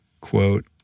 quote